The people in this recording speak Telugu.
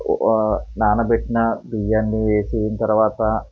నానబెట్టిన బియ్యాన్ని వేసిన తరువాత